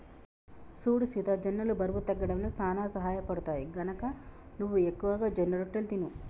సూడు సీత జొన్నలు బరువు తగ్గడంలో సానా సహయపడుతాయి, గనక నువ్వు ఎక్కువగా జొన్నరొట్టెలు తిను